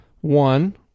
One